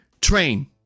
train